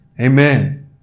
Amen